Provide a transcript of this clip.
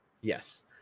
yes